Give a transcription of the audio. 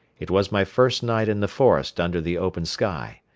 it was my first night in the forest under the open sky.